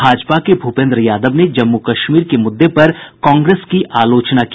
भाजपा के भूपेन्द्र यादव ने जम्मू कश्मीर के मुद्दे पर कांग्रेस की आलोचना की